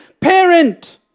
parent